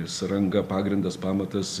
sąranga pagrindas pamatas